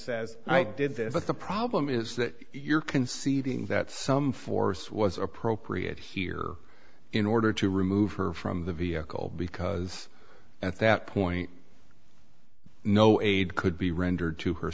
says i did this but the problem is that you're conceding that some force was appropriate here in order to remove her from the vehicle because at that point no aid could be rendered to her